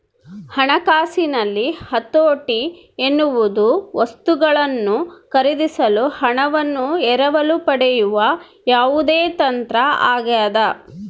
ಹಣಕಾಸಿನಲ್ಲಿ ಹತೋಟಿ ಎನ್ನುವುದು ವಸ್ತುಗಳನ್ನು ಖರೀದಿಸಲು ಹಣವನ್ನು ಎರವಲು ಪಡೆಯುವ ಯಾವುದೇ ತಂತ್ರ ಆಗ್ಯದ